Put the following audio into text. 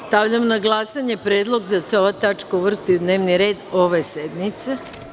Stavljam na glasanje predlog da se ova tačka uvrsti u dnevni red ove sednice.